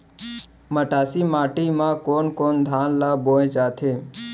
मटासी माटी मा कोन कोन धान ला बोये जाथे?